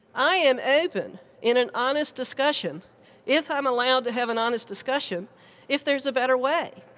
i am open in an honest discussion if i'm allowed to have an honest discussion if there's a better way.